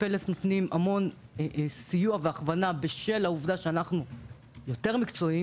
ש"פלס" נותנים המון סיוע והכוונה בשל העובדה שאנחנו יותר מקצועיים